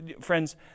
friends